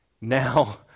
Now